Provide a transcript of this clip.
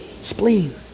Spleen